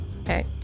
Okay